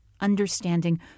understanding